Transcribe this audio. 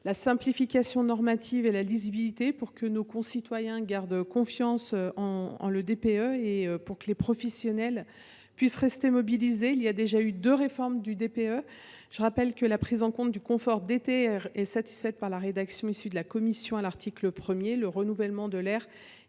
la simplification normative et la lisibilité, pour que nos concitoyens gardent confiance dans le DPE et pour que les professionnels puissent rester mobilisés. Il y a déjà eu deux réformes du DPE. Je rappelle que la prise en compte du confort d’été est satisfaite par l’article 1, dans sa rédaction issue des travaux de la commission. Le renouvellement de l’air